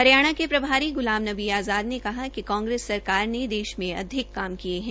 हरियाणा के प्रभारी गुलाम नबी आज़ाद ने कहा कि कांग्रेस सरकार ने देश में अधिक काम किये है